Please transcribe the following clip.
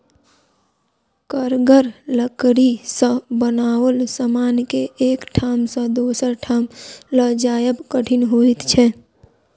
कड़गर लकड़ी सॅ बनाओल समान के एक ठाम सॅ दोसर ठाम ल जायब कठिन होइत छै